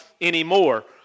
anymore